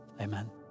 Amen